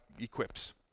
equips